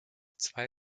zwei